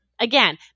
again